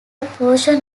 portion